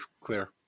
clear